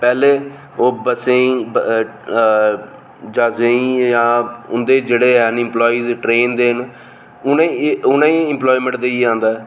पैहलें ओह् बस्सें गी ज्हाजें जां उंदे जेह्ड़े हैन इमपलाई ट्रेन दे ना उ'नें गी इमपलाएमैंट देई आंदा ऐ